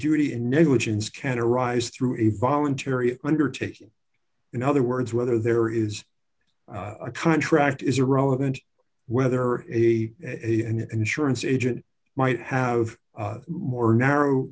duty in negligence can arise through a voluntary undertaking in other words whether there is a contract is irrelevant whether it be a insurance agent might have more narrow